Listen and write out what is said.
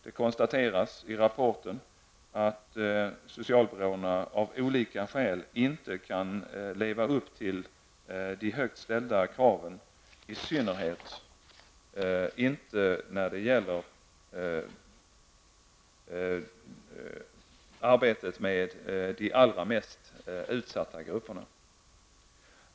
Det konstateras i rapporten att socialbyråerna av olika skäl inte kan leva upp till de högt ställda kraven, i synnerhet inte när det gäller arbetet med de allra mest utsatta grupperna.